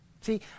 See